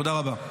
תודה רבה.